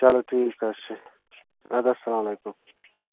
چلو ٹھیٖک حظ چھُ اَدٕ حظ اسلام علیکُم